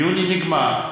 יוני נגמר.